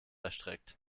erstreckt